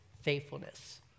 faithfulness